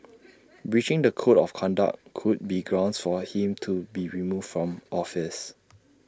breaching the code of conduct could be grounds for him to be removed from office